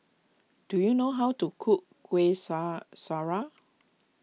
do you know how to cook Kuih Sya Syara